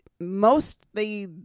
mostly